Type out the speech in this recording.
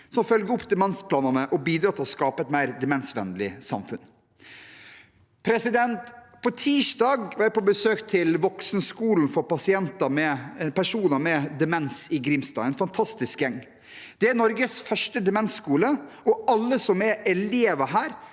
som følger opp demensplanene og bidrar til å skape et mer demensvennlig samfunn. På tirsdag var jeg på besøk hos Voksenskolen for personer med demens i Grimstad – en fantastisk gjeng. Det er Norges første demensskole, og alle som er elever her,